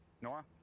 Nora